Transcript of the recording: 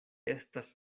estas